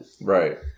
Right